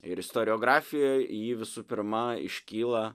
ir istoriografijoj ji visų pirma iškyla